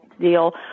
deal